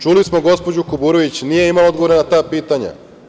Čuli smo gospođu Kuburović, nije imala odgovore na ta pitanja.